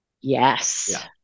Yes